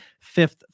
Fifth